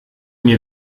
mir